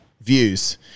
views